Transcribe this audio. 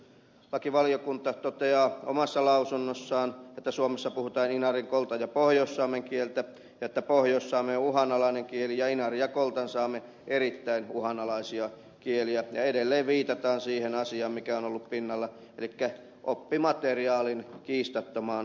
nyt perustuslakivaliokunta toteaa omassa lausunnossaan että suomessa puhutaan inarin koltan ja pohjoissaamen kieltä ja että pohjoissaame on uhanalainen kieli ja inarin ja koltansaame erittäin uhanalaisia kieliä ja edelleen viitataan siihen asiaan mikä on ollut pinnalla elikkä oppimateriaalin kiistattomaan tarpeeseen